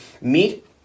meat